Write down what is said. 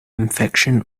infection